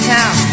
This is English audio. Town